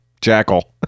Jackal